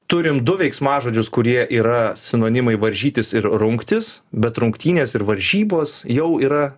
turim du veiksmažodžius kurie yra sinonimai varžytis ir rungtis bet rungtynės ir varžybos jau yra